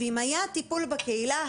אם היה טיפול בקהילה,